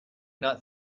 not